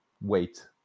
wait